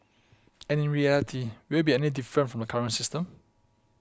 and in reality will it be any different from the current system